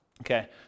Okay